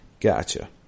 Gotcha